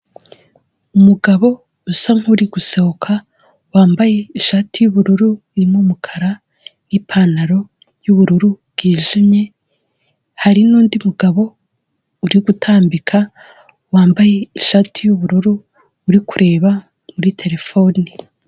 Umugabo usa nkuri gusohoka wambaye ishati y'ubururu irimo umukara, n'ipantaro y'ubururu bwijimye, hari nundi mugabo uri gutambika wambaye ishati y'ubururu uri kureba muri terefone.